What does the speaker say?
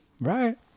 right